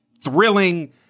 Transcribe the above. thrilling